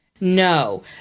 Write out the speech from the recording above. No